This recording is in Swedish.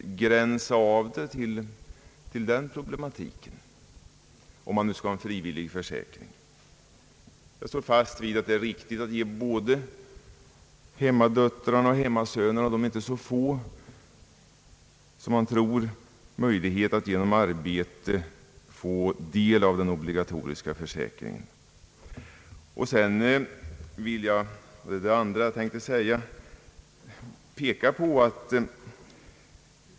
Varför skall man då begränsa problematiken till hemmadöttrar om man nu skall ha en frivillig försäkring? Jag står fast vid att det är riktigt att ge både hemmadöttrarna och hemmasönerna — de är inte så få som man tror — möjlighet att genom arbete få del av den obligatoriska försäkringen.